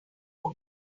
loan